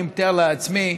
אני מתאר לעצמי,